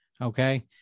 okay